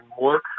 more